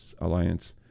Alliance